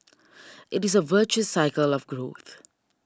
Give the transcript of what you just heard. it is a virtuous cycle of growth